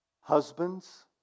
husbands